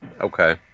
okay